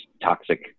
toxic